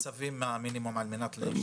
מה מינימום הצווים על מנת לשלוח לרשם הקבלנים?